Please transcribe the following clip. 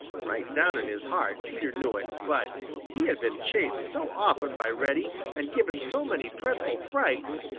right down in his heart peter knew it, but he had been chased so often by reddy and given so many dreadful frights,